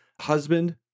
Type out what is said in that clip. husband